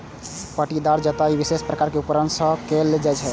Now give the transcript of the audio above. पट्टीदार जुताइ विशेष प्रकारक उपकरण सं कैल जाइ छै